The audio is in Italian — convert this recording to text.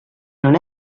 non